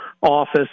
office